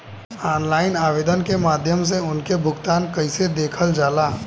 Online आवेदन के माध्यम से उनके भुगतान कैसे देखल जाला?